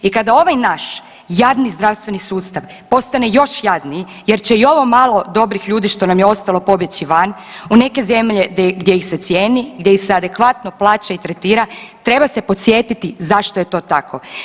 I kada ovaj naš jadni zdravstveni sustav postane još jadniji jer će i ovo malo dobrih ljudi što nam je ostalo pobjeći van u neke zemlje gdje ih se cijeni, gdje ih se adekvatno plaća i tretira treba se podsjetiti zašto je to tako.